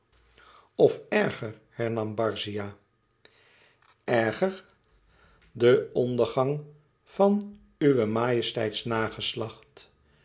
of erger hernam barzia erger de ondergang van uwer majesteits nageslacht